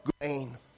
grain